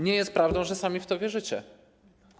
Nie jest prawdą, że sami w to wierzycie.